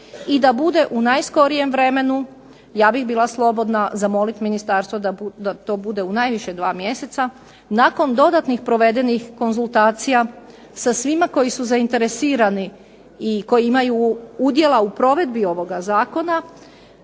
i da bude u najskorijem vremenu, ja bih bila slobodna zamoliti ministarstvo da to bude u najviše dva mjeseca nakon dodatnih provedenih konzultacija sa svima koji su zainteresirani i koji imaju udjela u provedbi ovoga zakona